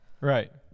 Right